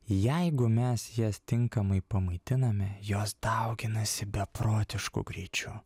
jeigu mes jas tinkamai pamaitiname jos dauginasi beprotišku greičiu